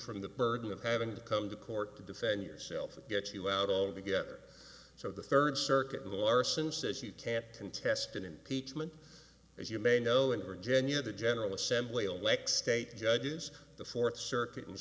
from the burden of having to come to court to defend yourself that gets you out altogether so the third circuit of the arson says you can't contest an impeachment as you may know in virginia the general assembly elect state judges the fourth circuit and